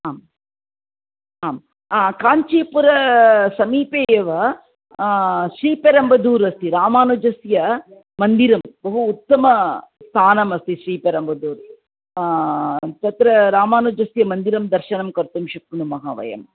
आम् आम् काञ्चीपुरसमीपे एव श्रीपेरम्बद्दूर् अस्ति रामानुजस्य मन्दिरं बहु उत्तमस्थानमस्ति श्रीपेरम्बद्दूर् तत्र रामानुजस्य मन्दिरं दर्शनं कर्तुं शक्नुमः वयं